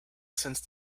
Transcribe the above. since